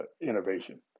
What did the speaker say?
innovation